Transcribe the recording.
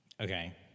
Okay